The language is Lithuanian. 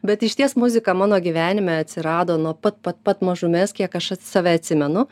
bet išties muzika mano gyvenime atsirado nuo pat pat pat mažumės kiek aš save atsimenu